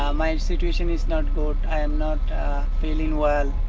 um my situation is not good, i'm not feeling well.